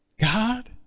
God